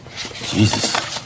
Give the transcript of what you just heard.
jesus